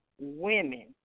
women